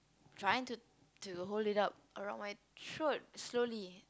trying to to hold it up around my throat slowly